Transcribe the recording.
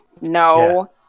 no